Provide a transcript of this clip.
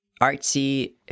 artsy